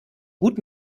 gut